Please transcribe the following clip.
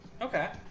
Okay